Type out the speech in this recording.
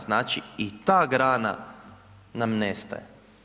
Znači i ta grana nam nestaje.